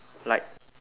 like